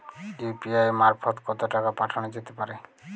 UPI মারফত কত টাকা পাঠানো যেতে পারে?